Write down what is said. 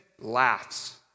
laughs